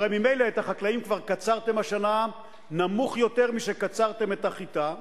הרי ממילא את החקלאים כבר קצרתם השנה נמוך יותר משקצרתם את החיטה,